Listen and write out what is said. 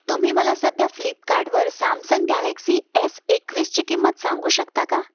तुम्ही मला सध्या फ्लिपकार्टवर सॅमसंग गॅलेक्सी एस एकवीसची किंमत सांगू शकता का